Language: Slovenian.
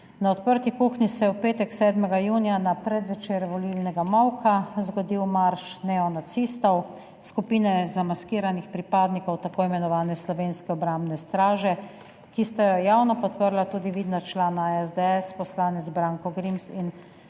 na Odprti kuhni, se je v petek, 7. junija, na predvečer volilnega molka zgodil marš neonacistov, skupine zamaskiranih pripadnikov tako imenovane Slovenske obrambne straže, ki sta jo javno podprla tudi vidna člana SDS, poslanec Branko Grims in